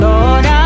Lord